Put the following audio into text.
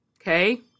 Okay